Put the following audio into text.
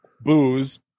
booze